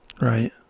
Right